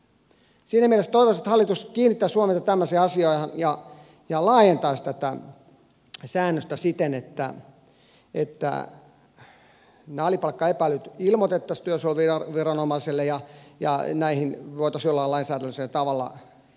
siinä mielessä toivoisin että hallitus kiinnittäisi huomiota tämmöiseen asiaan ja laajentaisi tätä säännöstä siten että nämä alipalkkaepäilyt ilmoitettaisiin työsuojeluviranomaiselle ja näihin voitaisiin jollain lainsäädännöllisellä tavalla puuttua voimakkaammin